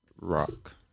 Rock